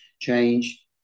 change